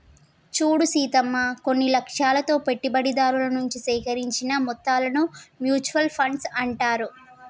చూడు సీతమ్మ కొన్ని లక్ష్యాలతో పెట్టుబడిదారుల నుంచి సేకరించిన మొత్తాలను మ్యూచువల్ ఫండ్స్ అంటారు